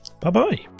bye-bye